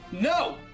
No